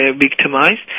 victimized